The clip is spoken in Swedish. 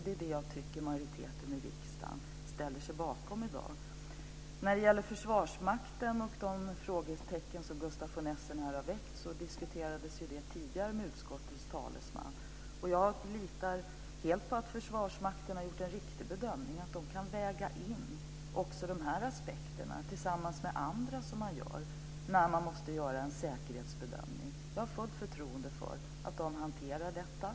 Det är vad jag tycker att majoriteten i riksdagen ställer sig bakom i dag. När det gäller Försvarsmakten och de frågor som Gustaf von Essen här har väckt diskuterades det tidigare med utskottets talesman. Jag litar helt på att Försvarsmakten har gjort en riktig bedömning. Den kan väga in också dessa aspekter tillsammans med andra som finns när man måste göra en säkerhetsbedömning. Jag har fullt förtroende för att den hanterar detta.